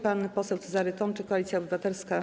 Pan poseł Cezary Tomczyk, Koalicja Obywatelska.